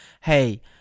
hey